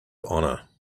honor